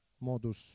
modus